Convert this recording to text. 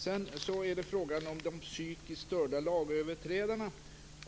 Sedan till frågan om de psykiskt störda lagöverträdarna.